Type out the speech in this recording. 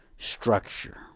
structure